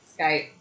Skype